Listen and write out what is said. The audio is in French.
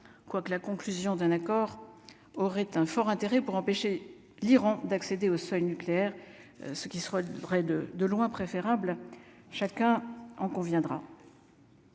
quoique la conclusion d'un accord aurait un fort intérêt pour empêcher l'Iran d'accéder au seuil nucléaire, ce qui sera vraie de de loin préférable, chacun en conviendra.